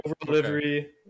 delivery